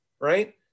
right